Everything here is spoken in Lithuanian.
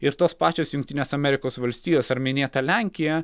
ir tos pačios jungtinės amerikos valstijos ar minėta lenkija